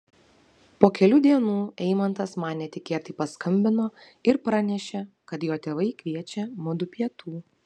po kelių dienų eimantas man netikėtai paskambino ir pranešė kad jo tėvai kviečia mudu pietų